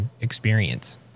experience